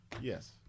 Yes